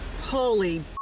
Holy